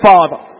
Father